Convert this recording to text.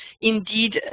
indeed